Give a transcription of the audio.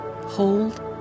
Hold